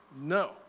No